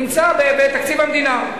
נמצא בתקציב המדינה.